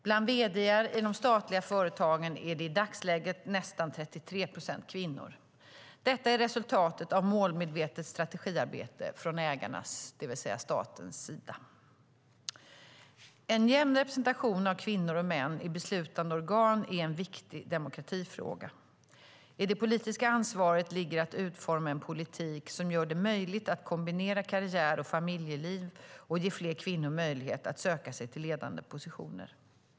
Bland vd:ar i de statliga företagen är det i dagsläget nästan 33 procent kvinnor. Detta är resultatet av ett målmedvetet strategiarbete från ägarens, det vill säga statens, sida. En jämn representation av kvinnor och män i beslutande organ är en viktig demokratifråga. I det politiska ansvaret ligger att utforma en politik som gör det möjligt att kombinera karriär och familjeliv och ge fler kvinnor möjlighet att söka sig till ledande positioner.